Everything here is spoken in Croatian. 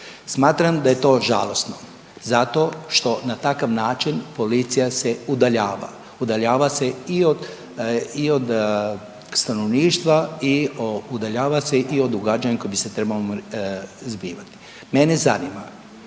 Smatram da je to žalosno zato što na takav način policija se udaljava, udaljava se i od stanovništva i udaljava se i od događanja koja bi se trebala zbivati. Mene zanima